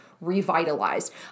revitalized